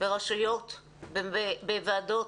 ברשויות ובוועדות,